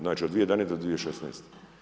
Znači od 2011. do 2016.